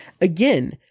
again